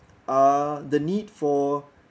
uh the need for